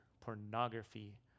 pornography